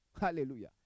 Hallelujah